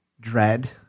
Dread